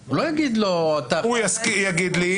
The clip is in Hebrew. הוא לא יגיד לו --- הוא יגיד לי,